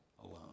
alone